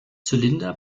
zylinder